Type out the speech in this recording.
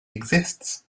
exists